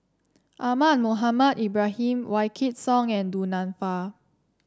Ahmad Mohamed Ibrahim Wykidd Song and Du Nanfa